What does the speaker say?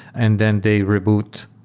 and then they reboot.